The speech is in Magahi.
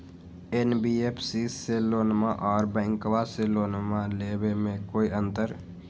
एन.बी.एफ.सी से लोनमा आर बैंकबा से लोनमा ले बे में कोइ अंतर?